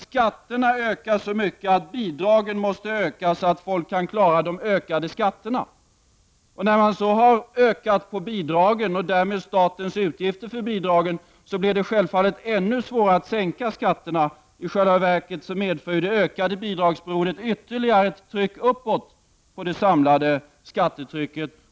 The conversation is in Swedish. Skatterna höjs så mycket att bidragen måste öka så att folk kan klara de höjda skatterna. När man har ökat på bidragen och därmed statens utgifter för bidragen blir det självfallet ännu svårare att sänka skatterna. I själva verket medför det ökade bidragsberoendet ytterligare tryck uppåt på det samlade skattetrycket.